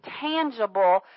tangible